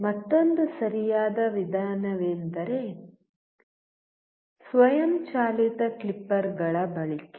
ಮತ್ತೊಂದು ಸರಿಯಾದ ವಿಧಾನವೆಂದರೆ ಸ್ವಯಂಚಾಲಿತ ಕ್ಲಿಪ್ಪರ್ಗಳ ಬಳಕೆ